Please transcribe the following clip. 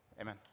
Amen